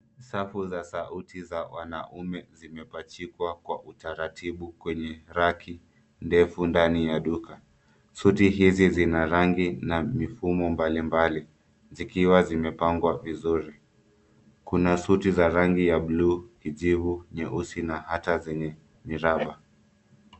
Safu za suti za wanaume zimepachikwa kwa utaratibu kwenye raki ndefu ndani ya duka. Suti hizi zina rangi na mifumo mbalimbali zikiwa zimepangwa vizuri. Kuna suti za rangi ya buluu, kijivu, nyeusi na hata zenye miraba.